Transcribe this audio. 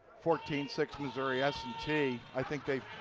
fourteen six missouri s t, i think they've,